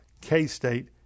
K-State